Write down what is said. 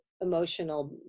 emotional